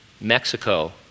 Mexico